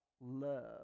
love